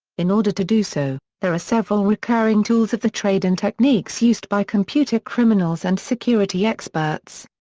in order to do so, there are several recurring tools of the trade and techniques used by computer criminals and security experts.